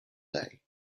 day